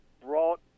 brought